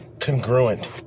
Congruent